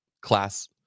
class